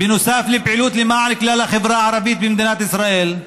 בנוסף לפעילות למען כלל החברה הערבית במדינת ישראל,